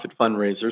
fundraisers